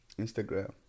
Instagram